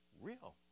real